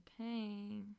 Okay